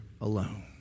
alone